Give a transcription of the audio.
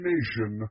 Nation